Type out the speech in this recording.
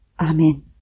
Amen